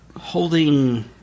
holding